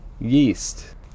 yeast